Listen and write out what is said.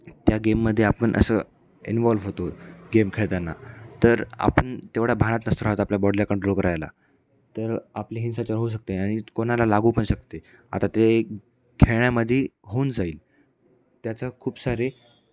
त्या गेममध्ये आपण असं इन्व्हॉल्व्ह होतो गेम खेळताना तर आपण तेवढ्या भानात नसतो आपल्या बॉडिला कन्ट्रोल करायला तर आपले हिंसाचार होऊ शकते आणि कोणाला लागूपण शकते आता ते खेळण्यामध्ये होऊन जाईल त्याचं खूप सारे